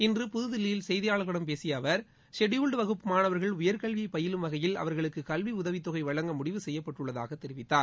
இன்று புதுதில்லியில் செய்தியாளர்களிடம் பேசிய அவர் ஷெட்டியூல்டு வகுப்பு மாணவர்கள் உயர்கல்வியை பயிலும் வகையில் அவர்களுக்கு கல்வி உதவித்தொகை வழங்க முடிவு செய்யப்பட்டுள்ளதாக தெரிவித்தார்